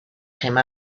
came